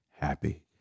Happy